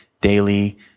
daily